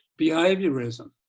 behaviorism